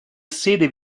sede